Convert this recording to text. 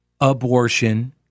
abortion